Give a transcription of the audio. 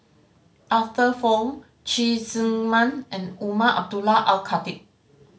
Arthur Fong Cheng Tsang Man and Umar Abdullah Al Khatib